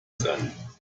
sein